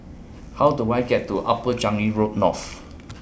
How Do I get to Upper Changi Road North